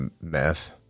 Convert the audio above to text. meth